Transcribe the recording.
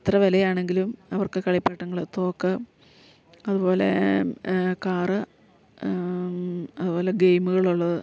എത്ര വിലയാണെങ്കിലും അവർക്ക് കളിപ്പാട്ടങ്ങള് തോക്ക് അതുപോലെ കാറ് അതുപോലെ ഗെയിമുകളുള്ളത്